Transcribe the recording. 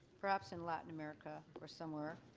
perhaps in latin america or somewhere